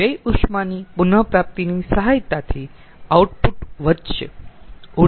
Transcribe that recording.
તેથી વ્યય ઉષ્માની પુન પ્રાપ્તિની સહાયતાથી આઉટપુટ વધશે